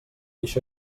això